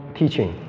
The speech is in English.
teaching